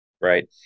right